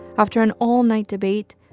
after an all-night debate,